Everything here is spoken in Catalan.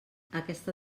aquesta